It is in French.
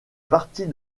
partie